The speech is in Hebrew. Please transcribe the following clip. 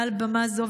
מעל במה זו,